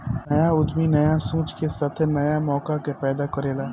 न्या उद्यमी न्या सोच के साथे न्या मौका के पैदा करेला